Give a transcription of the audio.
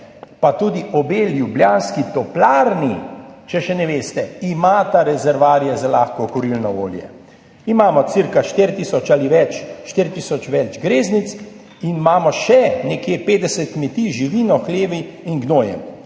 pa tudi obe ljubljanski toplarni, če še ne veste, imata rezervoarje za lahko kurilno olje. Imamo cirka 4 tisoč in več greznic in imamo še nekje 50 kmetij z živino, hlevi in gnojem.